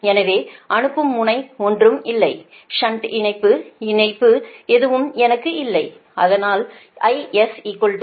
எனவே அனுப்பும் முனை ஒன்றுமில்லை ஷன்ட் இணைப்பு இணை இணைப்பு எதுவும் எனக்கு இல்லை அதனால் IS IR